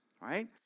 right